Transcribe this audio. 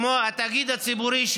התאגיד הציבורי,